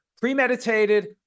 premeditated